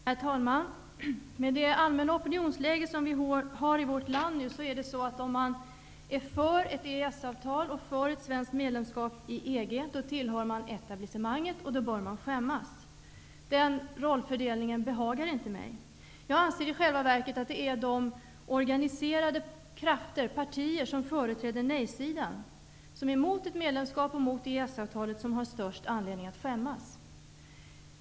Herr talman! Med det allmänna opinionsläge som vi nu har i vårt land tillhör man etablissemanget om man är för ett EES-avtal och för ett svenskt medlemskap i EG, och då bör man skämmas. Den rollfördelningen behagar inte mig. Jag anser i själva verket att det är de organiserade krafter och partier som företräder nej-sidan, och som är emot ett medlemskap och ett EES-avtal, som har störst anledning att skämmas.